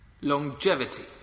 Longevity